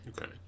Okay